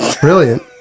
brilliant